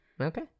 Okay